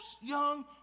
young